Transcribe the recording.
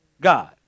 God